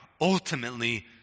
ultimately